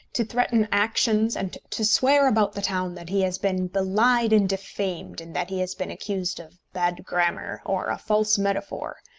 to threaten actions, and to swear about the town that he has been belied and defamed in that he has been accused of bad grammar or a false metaphor,